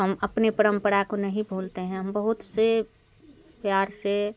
हम अपने परम्परा को नहीं भूलते हैं हम बहुत से प्यार से